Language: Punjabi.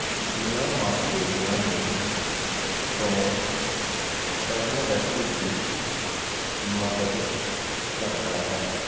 ਦੀਆਂ ਮਾਂਸਪੇਸ਼ੀਆਂ ਨੂੰ ਟੋਨ ਕਰਨ ਵਿੱਚ ਵੀ ਮਦਦ ਕਰਦਾ ਹੈ